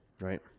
right